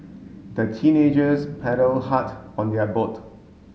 the teenagers paddled hard on their boat